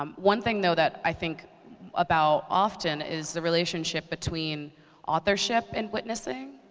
um one thing, though, that i think about often is the relationship between authorship and witnessing